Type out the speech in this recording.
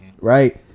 right